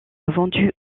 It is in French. vendus